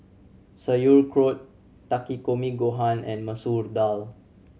Sauerkraut Takikomi Gohan and Masoor Dal